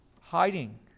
Hiding